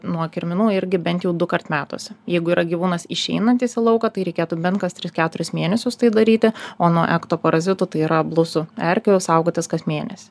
nuo kirminų irgi bent jau dukart metuose jeigu yra gyvūnas išeinantis į lauką tai reikėtų bent kas tris keturis mėnesius tai daryti o nuo ektoparazitų tai yra blusų erkių saugotis kas mėnesį